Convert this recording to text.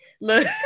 look